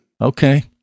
Okay